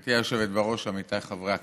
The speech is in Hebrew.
גברתי היושבת בראש, עמיתיי חברי הכנסת,